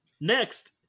Next